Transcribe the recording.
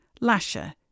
Lasher